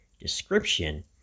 description